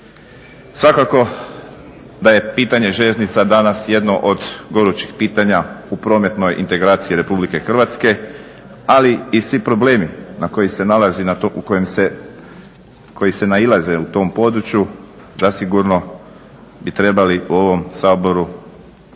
Svakako da je pitanje željeznica danas jedno od gorućih pitanja u prometnoj integraciji RH ali i svi problemi koji se nailaze u tom području zasigurno bi trebali u ovom Saboru